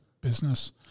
business